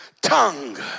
tongue